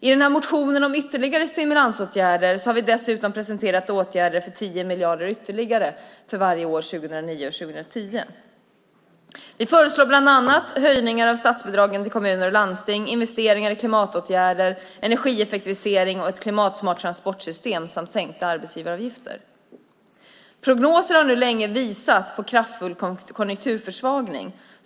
I motionen om ytterligare stimulansåtgärder har vi dessutom presenterat åtgärder för 10 miljarder ytterligare för både år 2009 och 2010. Vi föreslår bland annat höjningar av statsbidragen till kommuner och landsting, investeringar i klimatåtgärder, energieffektivisering och ett klimatsmart transportsystem samt sänkta arbetsgivaravgifter. Prognoser har länge visat på en kraftfull konjunkturförsvagning.